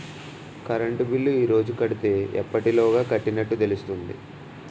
Current bill ఈ రోజు కడితే ఎప్పటిలోగా కట్టినట్టు తెలుస్తుంది?